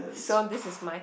so this is my